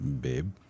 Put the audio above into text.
Babe